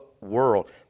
world